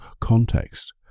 context